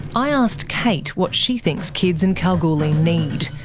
i asked kate what she thinks kids in kalgoorlie need.